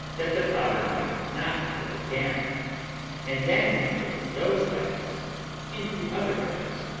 that the powder might not grow damp and then we put those bags into other bags,